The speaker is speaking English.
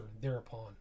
thereupon